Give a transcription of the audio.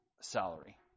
salary